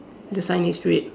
the sign is red